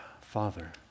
Father